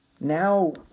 now